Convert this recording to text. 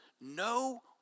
no